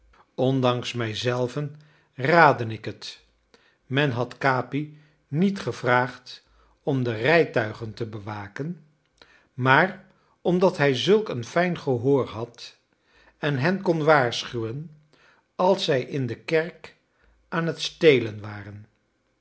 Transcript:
ondanks mij zelven raadde ik het men had capi niet gevraagd om de rijtuigen te bewaken maar omdat hij zulk een fijn gehoor had en hen kon waarschuwen als zij in de kerk aan t stelen waren